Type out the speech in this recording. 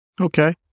Okay